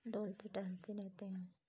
डोलते टहलते रहते हैं